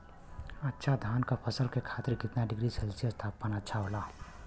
अच्छा धान क फसल के खातीर कितना डिग्री सेल्सीयस तापमान अच्छा होला?